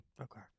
Okay